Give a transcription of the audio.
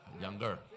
younger